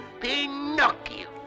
Pinocchio